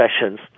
sessions